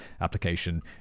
application